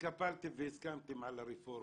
התקפלתם והסכמתם לרפורמה?